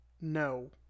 no